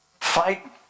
Fight